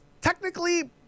technically